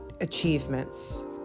achievements